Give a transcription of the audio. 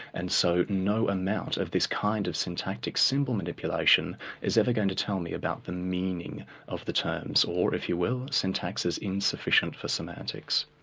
and so no amount of this kind of syntactic symbol manipulation is ever going to tell me about the meaning of the terms, or if you will, syntax is insufficient for semantics.